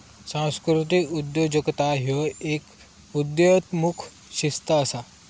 सांस्कृतिक उद्योजकता ह्य एक उदयोन्मुख शिस्त असा